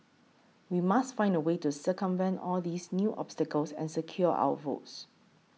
we must find a way to circumvent all these new obstacles and secure our votes